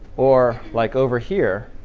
or like over here,